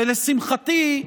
לשמחתי,